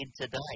today